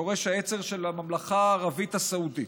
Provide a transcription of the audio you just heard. יורש העצר של הממלכה הערבית הסעודית,